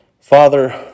Father